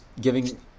giving